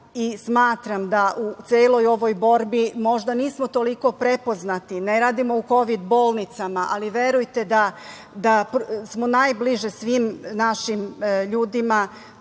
smatram da u celoj ovoj borbi možda nismo toliko prepoznati, ne radimo u kovid bolnicama, ali verujte da smo najbliži svim našim ljudima.